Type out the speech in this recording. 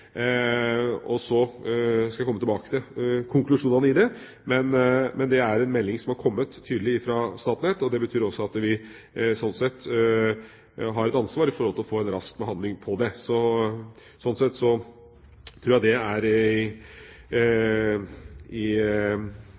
behandlet så raskt som overhodet mulig. Så skal jeg komme tilbake til konklusjonene på den. Men det er en melding som har kommet tydelig fra Statnett, og det betyr også at vi har et ansvar for å få til en rask behandling av den. Sånn sett tror jeg dette er i